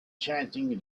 chanting